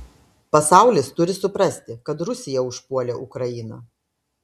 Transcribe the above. pasaulis turi suprasti kad rusija užpuolė ukrainą